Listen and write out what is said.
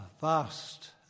vast